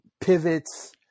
pivots